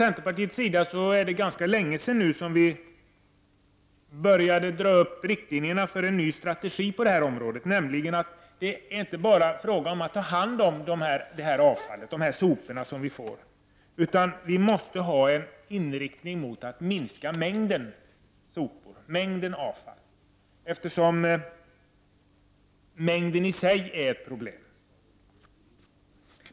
Centerpartiet började för ganska länge sedan att dra upp riktlinjer för en ny strategi på detta område, nämligen att det inte bara är fråga om att ta hand om detta avfall, dessa sopor, utan att vi måste inrikta oss på att minska mängden sopor, eftersom mängden i sig är ett problem.